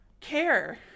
care